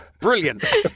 Brilliant